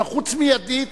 הוא נחוץ מיידית,